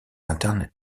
internet